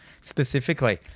specifically